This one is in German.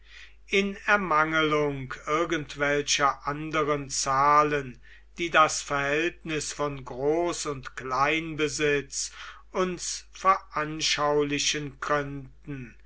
in ermangelung irgendwelcher anderen zahlen die das verhältnis von groß und kleinbesitz uns veranschaulichen könnten